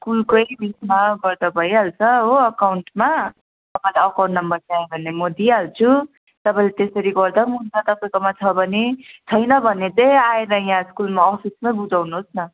स्कुलकै फिसमा गर्दा भइहाल्छ हो एकाउन्टमा एकाउन्ट नम्बर चाहियो भने म दिइहाल्छु तपाईँले त्यसरी गर्दा पनि हुन्छ तपाईँकोमा छ भने छैन भने यहीँ आएर स्कुलमा अफिसमै बुझाउनुहोस् न